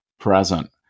Present